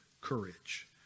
courage